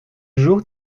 jour